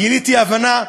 גיליתי הבנה,